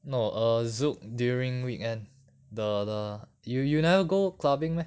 no err zouk during weekend the the you you never go clubbing meh